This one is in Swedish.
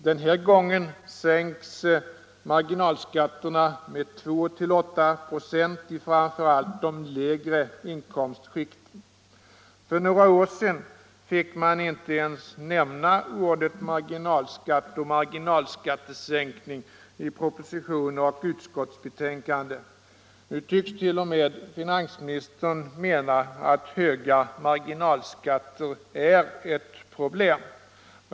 Den här gången sänks marginalskatten med 2-8 96 i framför allt de lägre inkomstskikten. För några år sedan fick man inte ens nämna orden marginalskatt och marginalskattesänkning i propositioner och utskottsbetänkanden. Nu tycks t.o.m. finansministern mena att höga marginalskatter är ett problem.